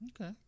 Okay